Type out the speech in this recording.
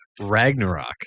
Ragnarok